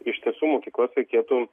iš tiesų mokyklas reikėtų